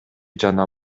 жана